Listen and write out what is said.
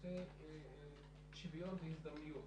נושא שוויון הזדמנויות,